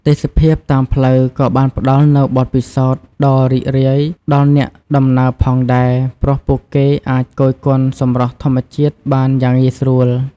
ទេសភាពតាមផ្លូវក៏បានផ្តល់នូវបទពិសោធន៍ដ៏រីករាយដល់អ្នកដំណើរផងដែរ ព្រោះពួកគេអាចគយគន់សម្រស់ធម្មជាតិបានយ៉ាងងាយស្រួល។